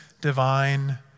divine